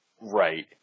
Right